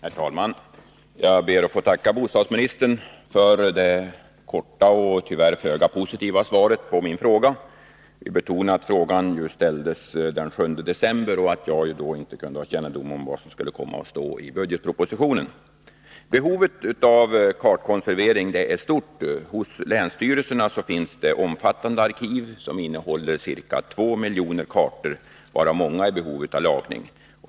Herr talman! Jag ber att få tacka bostadsministern för svaret på min fråga. Det var kort och tyvärr föga positivt. Jag vill betona att frågan ställdes den 7 december och att jag då inte kunde ha kännedom om vad som skulle komma att stå i budgetpropositionen. Behovet av kartkonservering är stort. Hos länsstyrelserna finns omfattande arkiv, som innehåller ca 2 miljoner kartor, varav många är i behov av lagning.